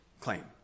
claim